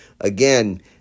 Again